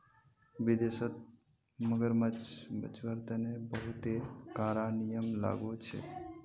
विदेशत मगरमच्छ बचव्वार तने बहुते कारा नियम लागू छेक